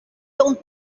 don’t